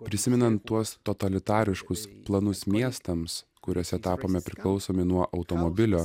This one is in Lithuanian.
prisimenant tuos totalitariškus planus miestams kuriuose tapome priklausomi nuo automobilio